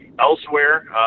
elsewhere